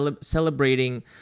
celebrating